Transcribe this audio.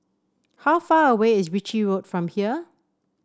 how far away is Ritchie Road from here